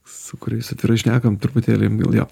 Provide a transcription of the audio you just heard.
su kuriais atvirai šnekant truputėlį lengviau jo